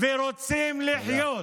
ואנחנו רוצים לחיות.